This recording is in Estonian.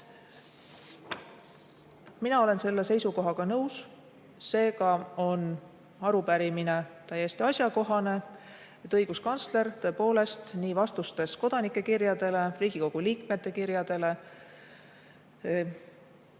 avada. Olen selle seisukohaga nõus. Seega on arupärimine täiesti asjakohane, et õiguskantsler tõepoolest vastustes kodanike kirjadele, Riigikogu liikmete kirjadele